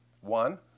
One